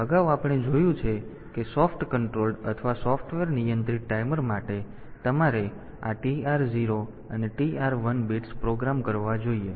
તેથી અગાઉ આપણે જોયું છે કે સોફ્ટ કંટ્રોલ્ડ અથવા સોફ્ટવેર નિયંત્રિત ટાઈમર માટે તમારે આ TR 0 અને TR 1 બિટ્સ પ્રોગ્રામ કરવા જોઈએ